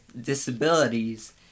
disabilities